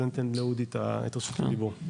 ניתן לאודי את רשות הדיבור.